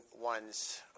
one's